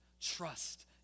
trust